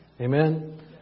Amen